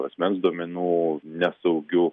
asmens duomenų nesaugiu